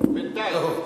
בינתיים.